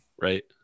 right